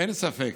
אין ספק